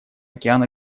океан